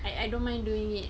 I I don't mind doing it